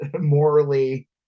morally